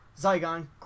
Zygon